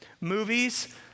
movies